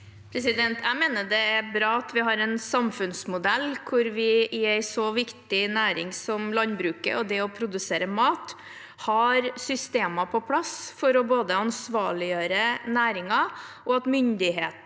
Jeg mener det er bra at vi har en samfunnsmodell hvor vi i en så viktig næring som landbruket og det å produsere mat, har systemer på plass for både å ansvarliggjøre næringen og at myndighetene